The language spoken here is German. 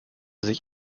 sich